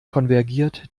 konvergiert